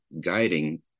guiding